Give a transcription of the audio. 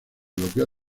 bloqueo